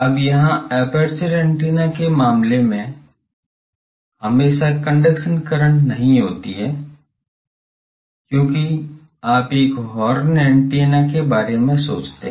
अब यहाँ aperture antenna के मामले में हमेशा कंडक्शन करंट नहीं होती है क्योंकि आप एक हॉर्न एंटीना के बारे में सोचते हैं